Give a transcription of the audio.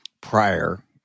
prior